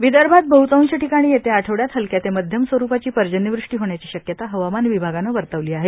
हवामान विदर्भात बहतांश ठिकाणी येत्या आठवड्यात हलक्या ते माध्यम स्वरूपाची पर्जन्यवृष्टि होण्याची शक्यता हवामान विभागाने वर्तवली आहे